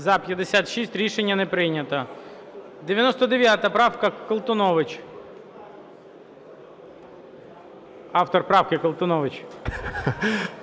За-56 Рішення не прийнято. 99 правка, Колтунович. Автор правки – Колтунович.